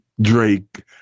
Drake